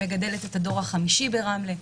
מגדלת את הדור החמישי ברמלה.